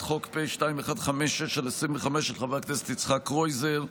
חוק פ/2156/25 של חבר הכנסת יצחק קרויזר.